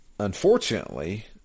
unfortunately